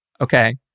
okay